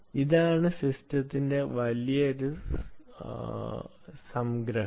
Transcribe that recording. ഇതാണ് സിസ്റ്റത്തിന്റെ വലിയ സംഗ്രഹം